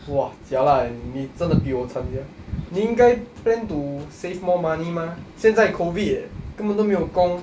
!wah! jialat eh 你你真的比我惨 sia 你应该 plan to save more money mah 现在 COVID eh 根本都没有工